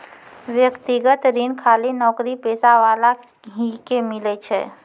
व्यक्तिगत ऋण खाली नौकरीपेशा वाला ही के मिलै छै?